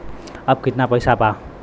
अब कितना पैसा बा?